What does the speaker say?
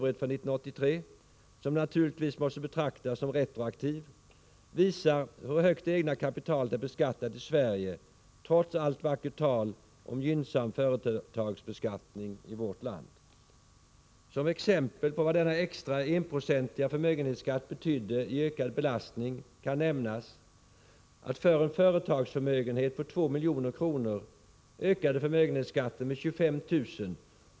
för 1983 som naturligtvis måste betraktas som retroaktiv, visar hur högt det egna kapitalet är beskattat i Sverige trots allt vackert tal om gynnsam företagsbeskattning i vårt land. Som exempel på vad denna extra enprocentiga förmögenhetsskatt betydde i ökad belastning kan nämnas att för en företagsförmögenhet på 2 milj.kr. ökade förmögenhetsskatten med 25 000 kr.